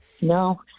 no